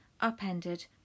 upended